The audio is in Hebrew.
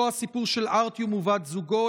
לא הסיפור של ארטיום ובת זוגו,